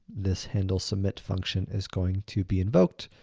this handlesubmit function is going to be invoked.